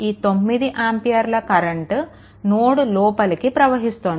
ఈ 9 ఆంపియర్ల current node లోపలికి ప్రవహిస్తోంది